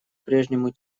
прежнему